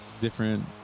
different